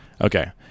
Okay